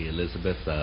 Elizabeth